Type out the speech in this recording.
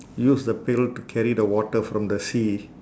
use the pail to carry the water from the sea